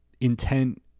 intent